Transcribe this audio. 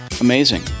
Amazing